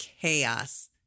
chaos